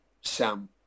Sam